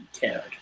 cared